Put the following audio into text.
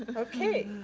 ah okay,